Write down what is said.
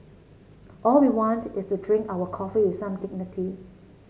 all we want is to drink our coffee with some dignity